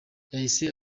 yahise